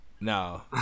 No